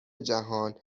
جهان